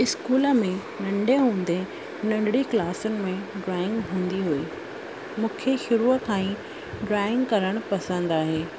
school में नंढे हूंदे नंढड़ी क्लासियुनि में ड्रॉइंग हूंदी हुई मूंखे शुरूअ खां ई ड्रॉइंग करणु पसंदि आहे